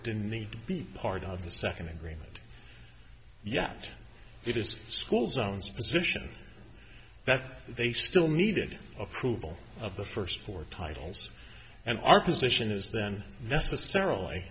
didn't need to be part of the second agreement yet it is school zones position that they still needed approval of the first four titles and our position is then necessarily